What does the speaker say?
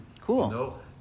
Cool